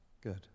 Good